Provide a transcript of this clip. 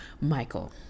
Michael